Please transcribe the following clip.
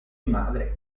madre